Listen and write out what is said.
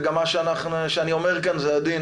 וגם מה שאני אומר כאן זה עדין,